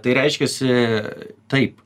tai reiškiasi taip